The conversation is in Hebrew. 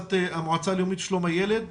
המועצה הלאומית לשלום הילד